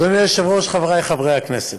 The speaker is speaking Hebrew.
אדוני היושב-ראש, חברי חברי הכנסת,